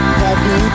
happy